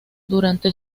durante